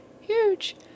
huge